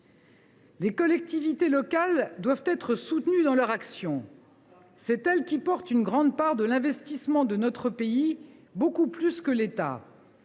Les collectivités locales doivent être soutenues dans leur action. Ce sont elles qui portent une grande part de l’investissement de notre pays, beaucoup plus que l’État